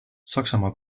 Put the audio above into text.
saksamaa